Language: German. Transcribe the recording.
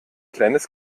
kleines